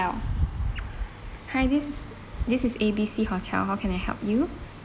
hi this is this is A_B_C hotel how can I help you